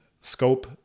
scope